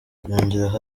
yongeraho